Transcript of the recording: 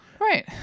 Right